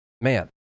Man